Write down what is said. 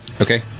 okay